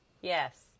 Yes